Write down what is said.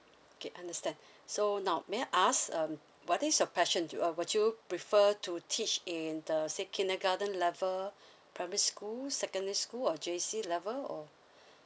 okay understand so now may I ask um what is your passion uh would you prefer to teach in the say kindergarten level primary school secondary school or J C level or